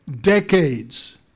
decades